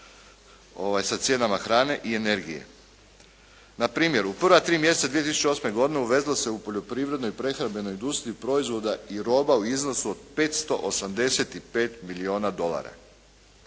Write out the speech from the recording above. sa cijenama hrane i energije. Na primjer, u prva tri mjeseca 2008. godine uvezlo se u poljoprivrednu i prehrambenu industriju proizvoda i roba u iznosu od 585 milijuna dolara.